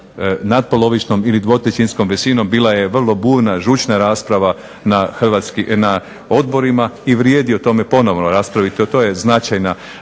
natpolovičnom ili dvotrećinskom većinom bila je vrlo burna, žučna rasprava na odborima i vrijedi o tome ponovno raspraviti. To je značajna